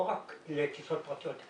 לא רק לטיסות פרטיות.